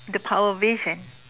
the power vision